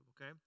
okay